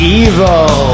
evil